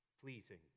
pleasing